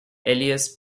elias